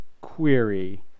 query